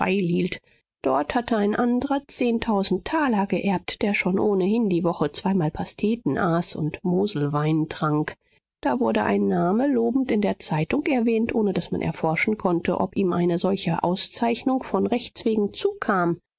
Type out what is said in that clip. dort hatte ein andrer zehntausend taler geerbt der schon ohnehin die woche zweimal pasteten aß und moselwein trank da wurde ein name lobend in der zeitung erwähnt ohne daß man erforschen konnte ob ihm eine solche auszeichnung von rechtswegen zukam